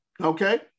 Okay